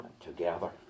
together